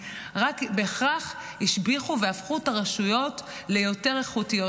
בהכרח השביחה והפכה את הרשויות ליותר איכותיות.